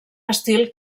estil